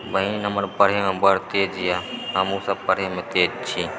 बहिन हमर पढ़एमे बर तेज यऽ हमहुँ सब पढ़यमे तेज छी